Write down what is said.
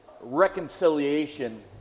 reconciliation